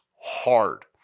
hard